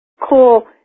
Cool